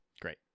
great